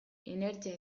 inertzia